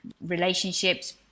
relationships